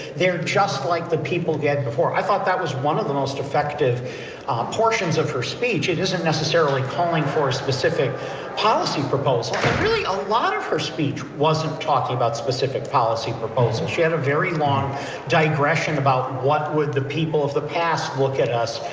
they're just like the people did before i thought that was one of the most effective portions of her speech it isn't necessarily calling for specific policy proposal, really a lot of her speech wasn't talking about specific policy proposals she had a very long digression about what would the people of the past look at us.